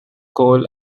coal